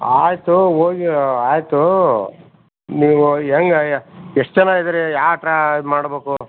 ಆಯಿತು ಹೋಗಿ ಆಯಿತು ನೀವು ಹೆಂಗ ಎಷ್ಟು ಜನ ಇದ್ದೀರಿ ಯಾ ಟ್ರಾ ಇದು ಮಾಡಬೇಕು